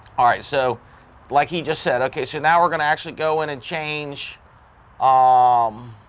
all right so like he just said okay so now we're gonna actually go in and change um